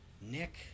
Nick